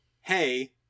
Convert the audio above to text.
hey